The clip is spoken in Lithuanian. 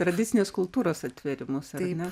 tradicinės kultūros atvėrimas ar ne